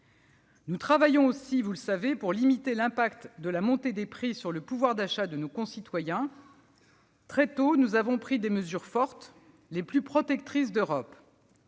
Nous travaillons aussi, vous le savez, pour limiter l'impact de la montée des prix sur le pouvoir d'achat de nos concitoyens. Très tôt, nous avons pris des mesures fortes, les plus protectrices d'Europe.